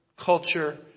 culture